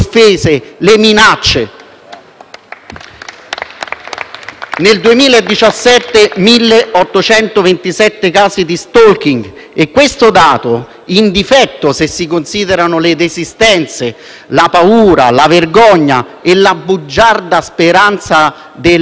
registrati 1.827 casi di *stalking* e questo dato (in difetto se si considerano le resistenze, la paura, la vergogna e la bugiarda speranza del «non sia vero») impegna il Governo all'attenzione,